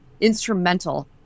instrumental